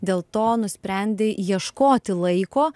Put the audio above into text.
dėl to nusprendei ieškoti laiko